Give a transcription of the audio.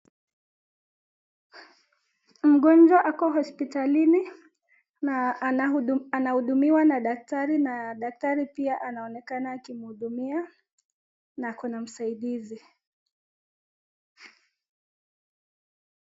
Mgonjwa ako hospitalini na anahudumiwa na daktari na daktari pia anaonekana akimhudumia na kuna msaidizi.